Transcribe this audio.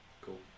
Cool